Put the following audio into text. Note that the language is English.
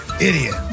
idiot